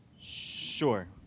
Sure